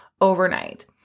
overnight